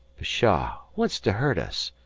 pshaw! what's to hurt us?